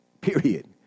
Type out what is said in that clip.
Period